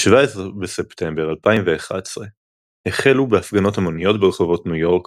ב-17 בספטמבר 2011 החלו הפגנות המוניות ברחובות ניו יורק